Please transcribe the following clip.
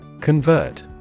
Convert